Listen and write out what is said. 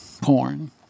porn